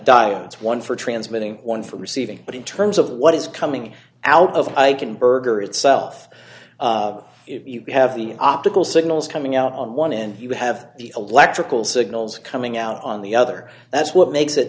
diodes one for transmitting one for receiving but in terms of what is coming out of i can berger itself if you have the optical signals coming out on one end you have the electrical signals coming out on the other that's what makes it